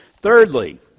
Thirdly